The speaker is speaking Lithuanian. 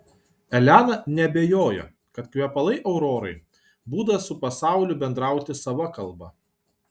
elena neabejojo kad kvepalai aurorai būdas su pasauliu bendrauti sava kalba